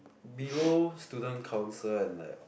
below student council and like